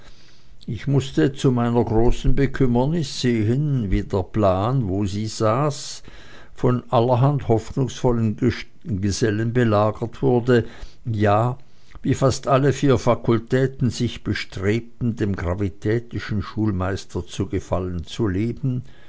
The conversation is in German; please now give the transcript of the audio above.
ich mußte zu meiner großen bekümmernis sehen wie der platz wo sie saß von allerhand hoffnungsvollen gesellen belagert wurde ja wie fast alle vier fakultäten sich bestrebten dem gravitätischen schulmeister zu gefallen zu leben